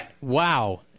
Wow